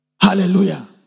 Hallelujah